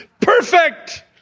Perfect